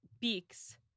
beaks